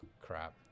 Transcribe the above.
crap